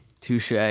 Touche